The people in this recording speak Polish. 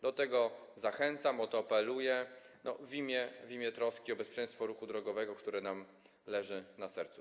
Do tego zachęcam, o to apeluję w imię troski o bezpieczeństwo ruchu drogowego, które nam leży na sercu.